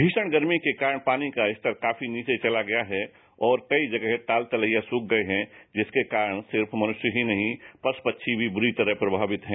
भीषण गर्मी के कारण पानी का स्तर काफी नीचे चला गया है और कई जगह ताल तलैया सुख गए हैं जिसके कारण सिर्फ मनृष्य की नहीं पश् पक्षी भी बूरी तरह प्रभावित है